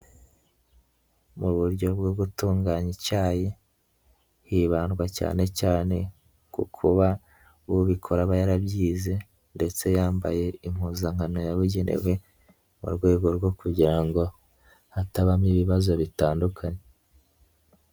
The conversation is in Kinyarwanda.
Mu buryo bwo gutunganya icyayi hibandwa cyane cyane ku kuba ubikora aba yarabyize ndetse yambaye impuzankano yabugenewe, mu rwego rwo kugira ngo hatabamo ibibazo bitandukanye.